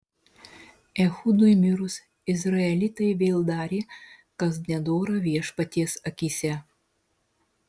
ehudui mirus izraelitai vėl darė kas nedora viešpaties akyse